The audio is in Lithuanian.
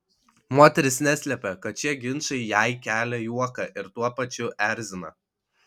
moteris neslepia kad šie ginčai jai kelia juoką ir tuo pačiu erzina